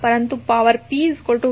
પરંતુ power p v